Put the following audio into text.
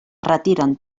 retiren